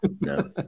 no